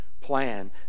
plan